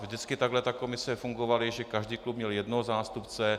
Vždycky takhle komise fungovaly, že každý klub měl jednoho zástupce.